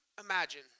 imagine